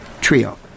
trio